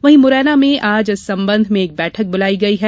वहीं मुरैना में आज इस संबंध में एक बैठक बुलायी गयी है